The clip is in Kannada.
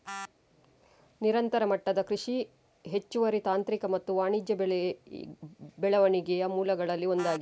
ನಿರಂತರ ಮಟ್ಟದ ಕೃಷಿ ಹೆಚ್ಚುವರಿ ತಾಂತ್ರಿಕ ಮತ್ತು ವಾಣಿಜ್ಯ ಬೆಳವಣಿಗೆಯ ಮೂಲಗಳಲ್ಲಿ ಒಂದಾಗಿದೆ